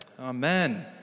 Amen